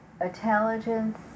intelligence